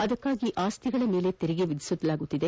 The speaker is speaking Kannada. ಅದಕ್ಕಾಗಿ ಆಸ್ತಿಗಳ ಮೇಲೆ ತೆರಿಗೆ ವಿಧಿಸುತ್ತಿದೆ